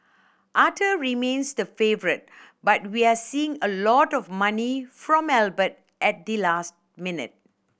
Arthur remains the favourite but we're seeing a lot of money from Albert at the last minute